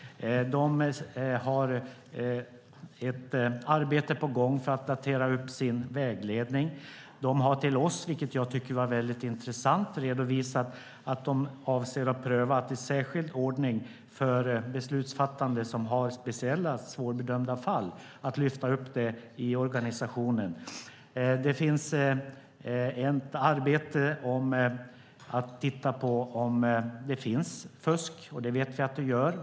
De har ett arbete på gång för att uppdatera sin vägledning. De har till oss, vilket jag tyckte var väldigt intressant, redovisat att de avser att pröva en särskild ordning för beslutsfattande vid speciellt svårbedömda fall för att lyfta upp det i organisationen. Det finns ett arbete med att titta på om det finns fusk. Det vet vi att det gör.